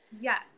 Yes